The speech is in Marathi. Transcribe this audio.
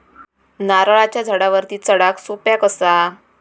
नारळाच्या झाडावरती चडाक सोप्या कसा?